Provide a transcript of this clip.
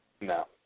No